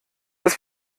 das